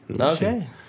Okay